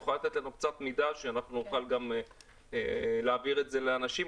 את יכולה לתת לנו קצת מידע שאנחנו נוכל להעביר את זה לאנשים,